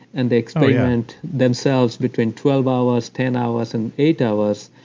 and they experiment themselves between twelve hours, ten hours and eight hours.